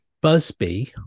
Busby